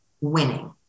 winning